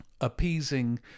appeasing